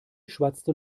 schwatzte